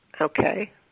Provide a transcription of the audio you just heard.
Okay